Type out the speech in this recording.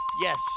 yes